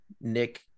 Nick